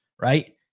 right